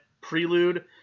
prelude